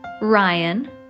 Ryan